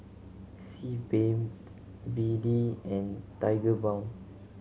Sebamed B D and Tigerbalm